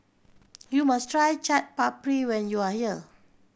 you must try Chaat Papri when you are here